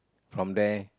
from there